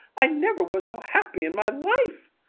i never was so happy in my life!